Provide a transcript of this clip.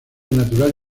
natural